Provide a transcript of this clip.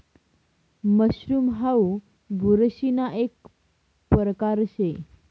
mushroom हाऊ बुरशीना एक परकार शे